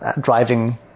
driving